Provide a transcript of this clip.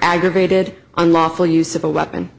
aggravated unlawful use of a weapon